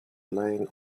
laying